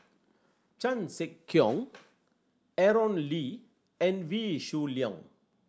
Chan Sek Keong Aaron Lee and Wee Shoo Leong